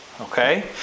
Okay